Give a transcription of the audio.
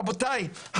רבותיי,